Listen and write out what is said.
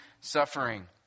suffering